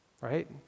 right